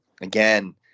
again